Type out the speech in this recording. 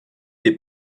des